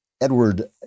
Edward